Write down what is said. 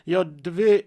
jo dvi